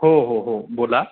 हो हो हो बोला